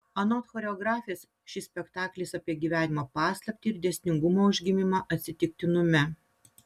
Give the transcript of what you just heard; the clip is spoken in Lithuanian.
anot choreografės šis spektaklis apie gyvenimo paslaptį ir dėsningumo užgimimą atsitiktinume